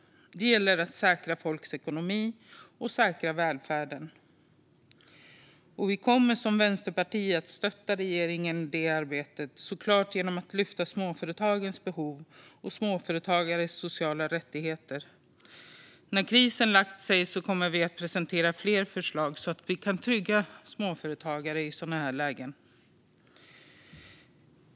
Det gäller att säkra folks ekonomi och välfärden. Vi i Vänsterpartiet kommer att stötta regeringen i det arbetet, såklart genom att lyfta småföretagens behov och småföretagares sociala rättigheter. När krisen har lagt sig kommer vi att presentera fler förslag så att vi kan trygga småföretagarna i sådana här lägen.